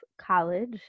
College